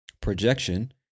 projection